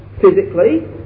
physically